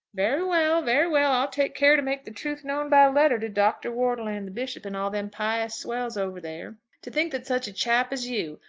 very well very well. i'll take care to make the truth known by letter to dr. wortle and the bishop and all them pious swells over there. to think that such a chap as you,